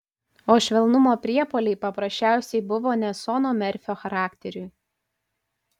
o švelnumo priepuoliai paprasčiausiai buvo ne sono merfio charakteriui